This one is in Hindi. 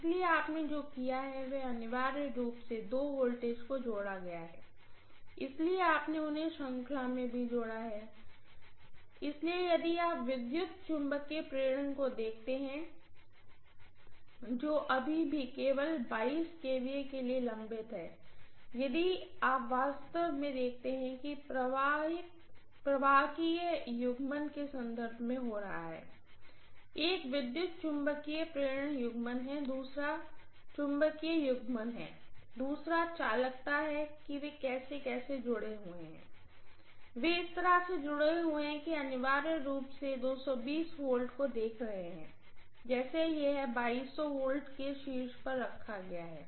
इसलिए आपने जो किया है वह अनिवार्य रूप से दो वोल्टेज जोड़ा गया है इसलिए आपने उन्हें श्रृंखलाi में जोड़ा है इसलिए यदि आप विद्युत मैग्नेटाज़िंग प्रेरण को देखते हैं जो अभी भी केवल kVA के लिए लंबित है लेकिन यदि आप वास्तव में देखते हैं प्रवाहकीय युग्मन के संदर्भ में हो रहा है एक विद्युत मैग्नेटाज़िंग प्रेरण युग्मन है दूसरा चुंबकीय युग्मन है दूसरा चालकता है कि वे कैसे जुड़े हुए हैं वे इस तरह से जुड़े हुए हैं कि आप अनिवार्य रूप से V को देख रहे हैं जैसे यह V के शीर्ष पर रखा गया है